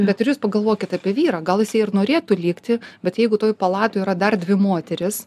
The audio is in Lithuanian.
bet ir jūs pagalvokit apie vyrą gal jisai ir norėtų likti bet jeigu toj palatoj yra dar dvi moterys